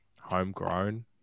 homegrown